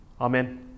amen